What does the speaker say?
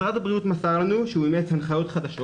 משרד הבריאות מסר לנו כי הוא אימץ הנחיות חדשות